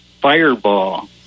fireball